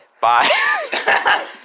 bye